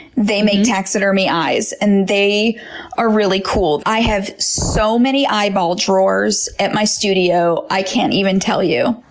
they make taxidermy eyes and they are really cool. i have so many eyeball drawers at my studio, i can't even tell you.